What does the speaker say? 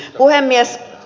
puhemies